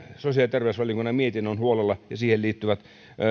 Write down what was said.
terveysvaliokunnan mietinnön huolella ja siihen liittyvät